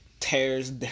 tears